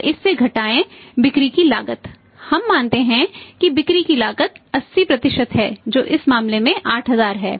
अब इससे घटाएं बिक्री की लागत हम मानते हैं कि बिक्री की लागत 80 है जो इस मामले में 8000 है